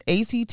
ACT